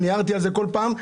והערתי לא פעם,